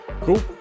cool